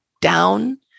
down